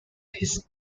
his